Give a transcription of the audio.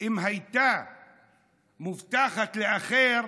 אם משרה מובטחת לנצח לאחר,